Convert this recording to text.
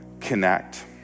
connect